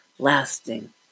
lasting